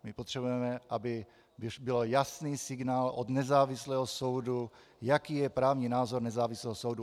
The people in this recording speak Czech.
My potřebujeme, aby byl jasný signál od nezávislého soudu, jaký je právní názor nezávislého soudu.